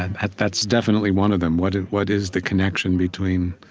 and that's definitely one of them what is what is the connection between